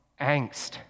angst